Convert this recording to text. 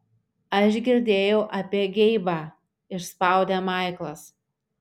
aš girdėjau apie geibą išspaudė maiklas